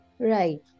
Right